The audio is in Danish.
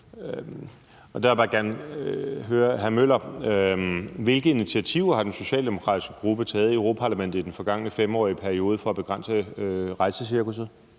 på. Jeg vil bare gerne høre hr. Henrik Møller: Hvilke initiativer har den socialdemokratiske gruppe taget i Europa-Parlamentet i den forgangne femårige periode for at begrænse rejsecirkusset?